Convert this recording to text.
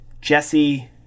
Jesse